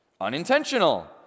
unintentional